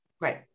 Right